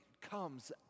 comes